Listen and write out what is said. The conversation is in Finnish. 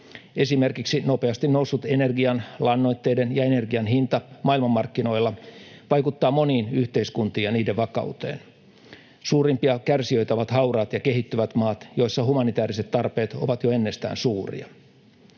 Esimerkiksi nopeasti noussut lannoitteiden ja energian hinta maailmanmarkkinoilla vaikuttaa moniin yhteiskuntiin ja niiden vakauteen. Suurimpia kärsijöitä ovat hauraat ja kehittyvät maat, joissa humanitääriset tarpeet ovat jo ennestään suuria.